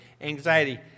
Anxiety